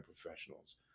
professionals